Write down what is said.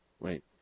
Wait